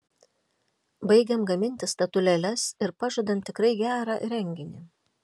baigiam gaminti statulėles ir pažadam tikrai gerą renginį